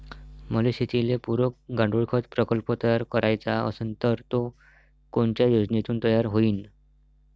मले शेतीले पुरक गांडूळखत प्रकल्प तयार करायचा असन तर तो कोनच्या योजनेतून तयार होईन?